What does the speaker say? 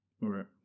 right